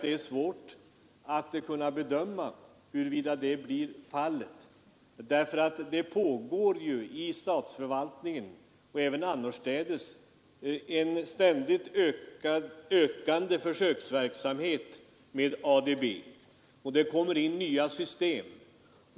Det är svårt att bedöma huruvida detta blir fallet, därför att det pågår inom statsförvaltningen och även annorstädes en ständigt ökande försöksverksamhet med ADB, och det kommer in nya system.